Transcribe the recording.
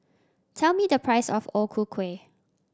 tell me the price of O Ku Kueh